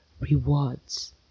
rewards